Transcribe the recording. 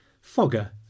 Fogger